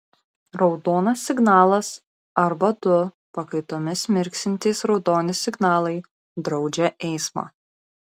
raudonas signalas arba du pakaitomis mirksintys raudoni signalai draudžia eismą